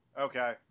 Okay